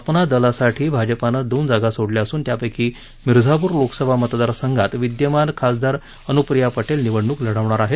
आपना दलासाठी भाजपानं दोन जागा सोडल्या असून त्यापैकी मिर्झापूर लोकसभा मतदार संघात विद्यमान खासदार अनुप्रिया पटेल निवडणूक लढवणार आहेत